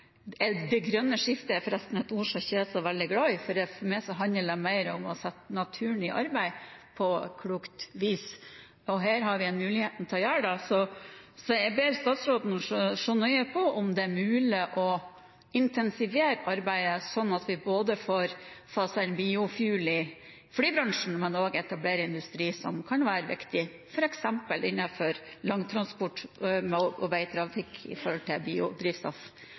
skape. «Det grønne skiftet» er forresten ord jeg ikke er så veldig glad i. For meg handler det mer om å sette naturen i arbeid på klokt vis. Her har vi muligheten til å gjøre det, så jeg ber statsråden se nøye på om det er mulig å intensivere arbeidet sånn at vi får både faset inn biofuel i flybransjen og etablert industri som kan være viktig f.eks. innenfor langtransport og veitrafikk med hensyn til biodrivstoff.